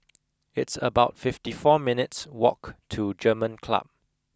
it's about fifty four minutes' walk to German Club